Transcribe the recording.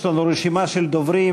יש לנו רשימה של דוברים.